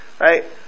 right